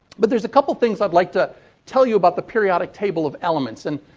but, there's a couple things i'd like to tell you about the periodic table of elements and.